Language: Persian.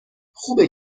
خوبه